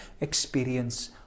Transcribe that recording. experience